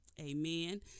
Amen